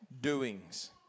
doings